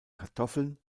kartoffeln